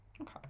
Okay